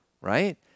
right